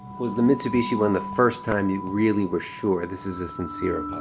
was the mitsubishi one the first time you really were sure this is a sincere